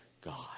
God